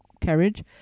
carriage